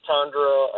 Tundra